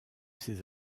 ses